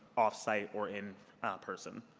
off-site or in person.